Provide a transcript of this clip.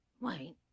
Wait